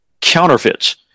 counterfeits